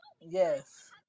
Yes